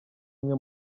bimwe